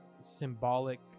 symbolic